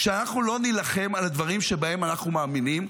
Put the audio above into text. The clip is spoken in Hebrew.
שאנחנו לא נילחם על הדברים שבהם אנחנו מאמינים,